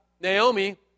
Naomi